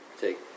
take